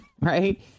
right